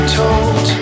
told